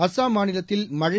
அஸ்ஸாம் மாநிலத்தில் மழை